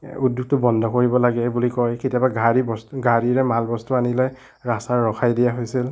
উদ্যাগটো বন্ধ কৰিব লাগে বুলি কয় কেতিয়াবা গাড়ী গাড়ীৰে মালবস্তু আনিলে ৰাস্তাত ৰখাই দিয়া হৈছিল